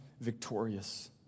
victorious